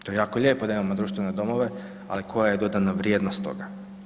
To je jako lijepo da imamo društvene domove, ali koja je dodana vrijednost toga.